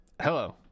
Hello